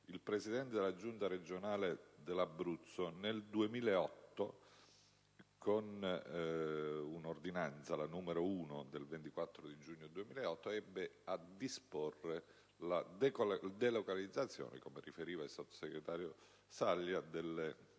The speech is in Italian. il Presidente della Giunta regionale dell'Abruzzo, con l'ordinanza n. 1 del 24 giugno 2008, ebbe a disporre la delocalizzazione - come riferiva il sottosegretario Saglia - delle